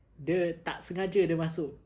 dia tak sengaja dia masuk